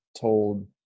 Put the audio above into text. told